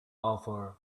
over